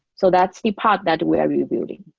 so that's the part that we're rebuilding.